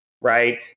right